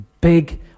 big